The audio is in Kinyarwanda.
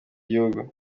gihugu